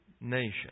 nation